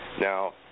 Now